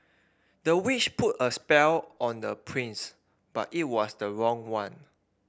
the witch put a spell on the prince but it was the wrong one